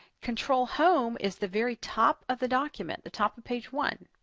control-home is the very top of the document, the top of page one.